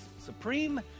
supreme